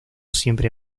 siempre